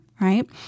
right